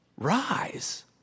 rise